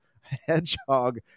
Hedgehog